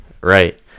Right